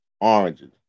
oranges